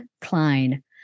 Klein